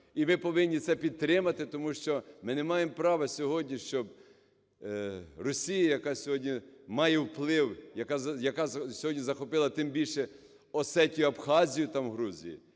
І ми повинні це підтримати. Тому що ми не маємо права сьогодні, щоб Росія, яка сьогодні має вплив, яка сьогодні захопила, тим більше, Осетію і Абхазію там, в Грузії,